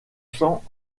sans